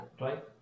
right